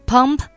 Pump